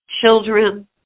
children